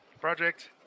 project